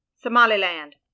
somaliland